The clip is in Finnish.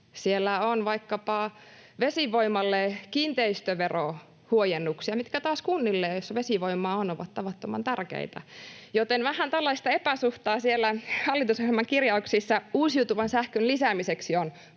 Siellä on vaikkapa vesivoimalle kiinteistöveron huojennuksia, jotka taas kunnille, joissa vesivoimaa on, ovat tavattoman tärkeitä. Joten vähän tällaista epäsuhtaa siellä hallitusohjelman kirjauksissa uusiutuvan sähkön lisäämiseksi on